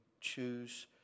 choose